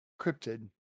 cryptid